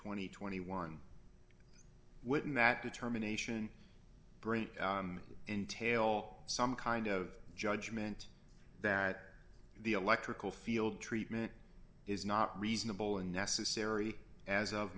and twenty one wouldn't that determination bring entail some kind of judgment that the electrical field treatment is not reasonable and necessary as of